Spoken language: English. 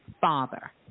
father